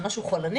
זה משהו חולני.